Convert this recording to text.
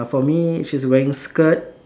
for me she's wearing skirt